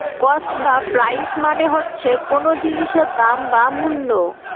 cost বা price মানে হচ্ছে কোন জিনিসের দাম বা মূল্য